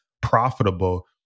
profitable